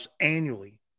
annually